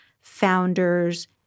founders